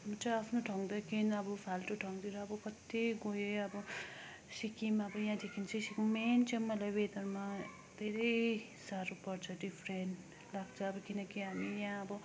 म चाहिँ आफ्नो ठाउँदेखि अब फाल्टो ठाउँतिर अब कति गएँ अब सिक्किम अब यहाँदेखि सिक्किम मेन मैले वेदरमा धेरै साह्रो पर्छ डिफरेन्ट लाग्छ अब किनकि हामी यहाँ अब